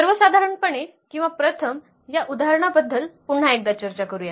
सर्वसाधारणपणे किंवा प्रथम या उदाहरणाबद्दल पुन्हा एकदा चर्चा करूया